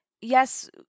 yes